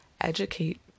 educate